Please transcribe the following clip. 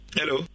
hello